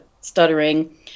stuttering